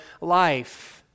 life